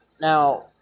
Now